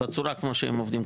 בצורה שהם עובדים.